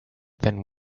then